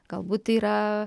galbūt yra